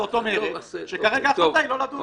זאת אומרת שכרגע ההחלטה היא לא לדון בו.